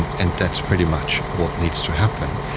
and and that's pretty much what needs to happen.